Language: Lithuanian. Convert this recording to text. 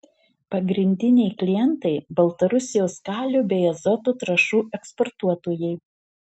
pagrindiniai klientai baltarusijos kalio bei azoto trąšų eksportuotojai